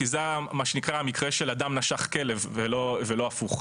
כי זה מה שנקרא "המקרה של אדם נשך כלב" ולא הפוך.